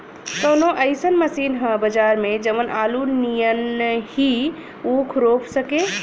कवनो अइसन मशीन ह बजार में जवन आलू नियनही ऊख रोप सके?